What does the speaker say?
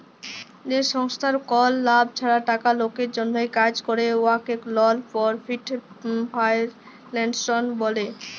যে সংস্থার কল লাভ ছাড়া টাকা লকের জ্যনহে কাজ ক্যরে উয়াকে লল পরফিট ফাউল্ডেশল ব্যলে